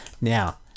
Now